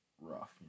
rough